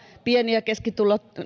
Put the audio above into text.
pieni ja keskituloiset